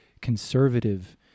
conservative